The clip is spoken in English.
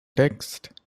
text